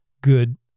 good